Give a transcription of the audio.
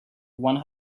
one